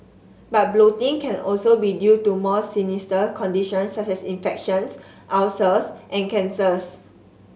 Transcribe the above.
but bloating can also be due to more sinister conditions such as infections ulcers and cancers